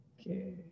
Okay